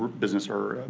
business or,